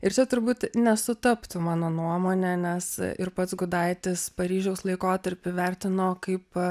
ir čia turbūt nesutaptų mano nuomone nes ir pats gudaitis paryžiaus laikotarpį vertino kaip